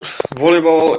volleyball